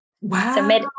Wow